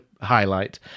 highlight